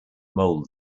mould